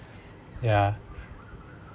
ya